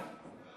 "חקירוקרטיה".